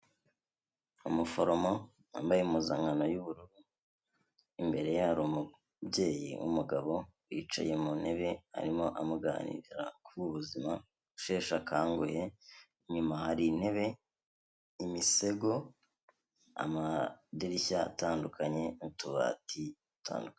Umuforomo wambaye impuzankano y'ubururu, imbere ye hari umubyeyi w'umugabo yicaye mu ntebe arimo amuganiriza ku buzima ushesha akanguhe, inyuma hari intebe, imisego, amadirishya atandukanye n'utubati dutandukanye.